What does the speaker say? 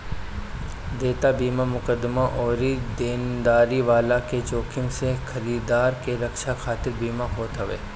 देयता बीमा मुकदमा अउरी देनदारी वाला के जोखिम से खरीदार के रक्षा खातिर बीमा होत हवे